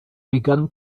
begun